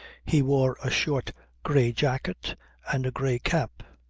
he wore a short grey jacket and a grey cap.